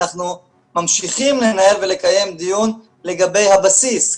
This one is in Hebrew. אנחנו ממשיכים לנהל ולקיים דיון לגבי הבסיס,